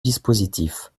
dispositif